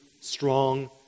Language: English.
strong